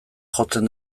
jotzen